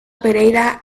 pereyra